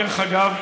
דרך אגב.